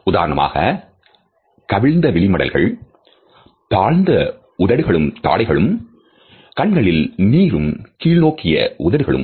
உதாரணமாக கவிழ்ந்த விழி மடல்கள் தாழ்ந்த உதடுகளும் தடைகளும் கண்களில் நீரும் கீழ்நோக்கிய உதடுகளும்